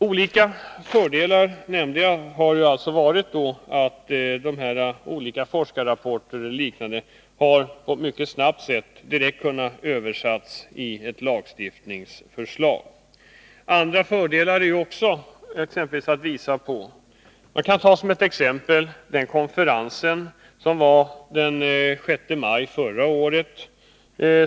En av fördelarna med styrgruppen är, som sagt, att de olika forskningsrapporterna mycket snabbt har kunnat omsättas i lagstiftningsförslag. Det finns också andra fördelar. Som exempel kan jag nämna den konferens som ägde rum den 6 maj förra året.